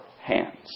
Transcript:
hands